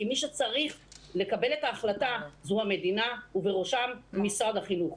כי מי שצריך לקבל את החלטה היא המדינה ובראשם משרד החינוך.